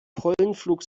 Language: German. pollenflug